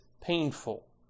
painful